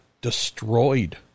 destroyed